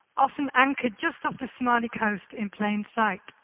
often anchored just off the somali coast in plain sight.